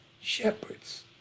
shepherds